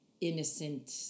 innocent